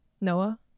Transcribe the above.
Noah